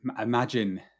imagine